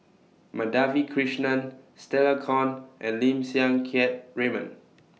Madhavi Krishnan Stella Kon and Lim Siang Keat Raymond